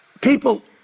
people